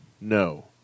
no